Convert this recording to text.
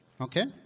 Okay